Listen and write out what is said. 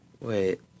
Wait